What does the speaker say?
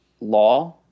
law